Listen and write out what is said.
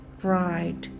cried